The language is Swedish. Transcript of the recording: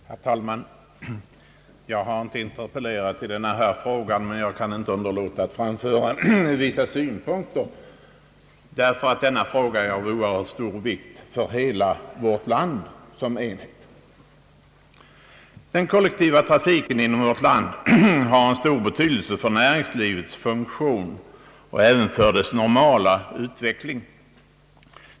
Herr talman! Jag har inte interpellerat i denna fråga men kan inte underlåta att framföra vissa synpunkter, då ju frågan är av oerhört stor vikt för hela vårt land. Den kollektiva trafiken i vårt land har en stor betydelse för näringslivets funktion och normala utveckling.